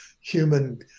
human